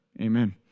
amen